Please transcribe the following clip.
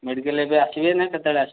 medical ଏବେ ଆସିବେ ନାଁ କେତେବେଳେ ଆସିବେ